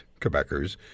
Quebecers